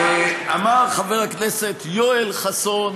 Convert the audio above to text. אמר חבר הכנסת יואל חסון,